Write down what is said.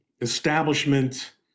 establishment